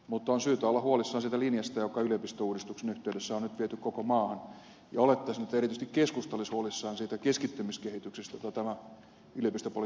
mutta on syytä olla huolissaan siitä linjasta joka yliopistouudistuksen yhteydessä on nyt viety koko maahan ja olettaisin että erityisesti keskusta olisi huolissaan siitä keskittymiskehityksestä jota tämä yliopistopolitiikka nyt tarkoittaa